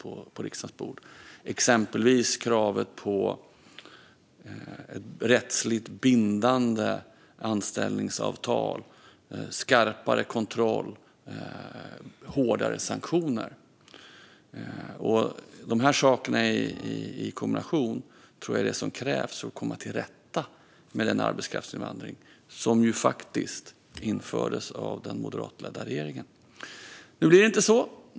Det gällde exempelvis kravet på rättsligt bindande anställningsavtal, skarpare kontroll och hårdare sanktioner. De sakerna i kombination tror jag är det som krävs för att komma till rätta med den arbetskraftsinvandring som faktiskt infördes av den moderatledda regeringen. Nu blir det inte så.